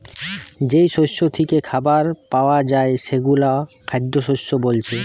যেই শস্য থিকে খাবার পায়া যায় সেগুলো খাদ্যশস্য বোলছে